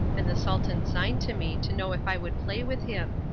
and the sultan signed to me to know if i would play with him.